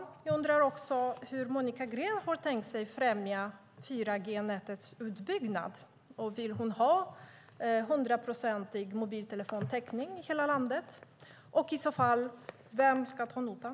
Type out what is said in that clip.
Jag undrar också hur Monica Green har tänkt sig främja 4G-nätets utbyggnad. Vill hon ha hundraprocentig mobiltelefontäckning i hela landet? Vem ska i så fall ta notan?